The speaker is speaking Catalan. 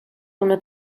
una